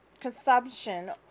consumption